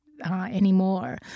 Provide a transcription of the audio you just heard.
Anymore